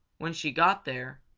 when she got there,